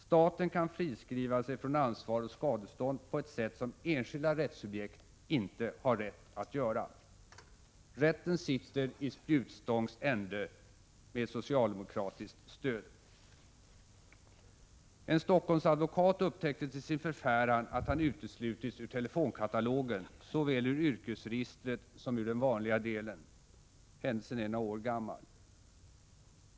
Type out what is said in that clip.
Staten kan friskriva sig från ansvar och skadestånd på ett sätt som enskilda rättssubjekt icke har rätt att göra. Rätten sitter i spjutstångs ände — med socialdemokratiskt stöd. En Stockholmsadvokat upptäckte till sin förfäran att han uteslutits ur telefonkatalogen, såväl ur yrkesregistret som ur den vanliga delen. Händelsen är några år gammal.